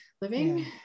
living